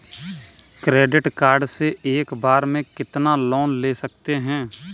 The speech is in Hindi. क्रेडिट कार्ड से एक बार में कितना लोन ले सकते हैं?